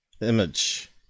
image